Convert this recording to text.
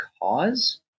cause